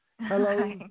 Hello